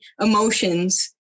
emotions